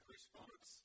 response